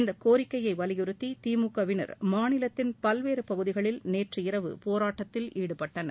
இக்கோரிக்கையை வலியுறுத்தி திமுக வினா் மாநிலத்தின் பல்வேறு பகுதிகளில் நேற்று இரவு போராட்டத்தில் ஈடுபட்டனர்